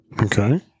okay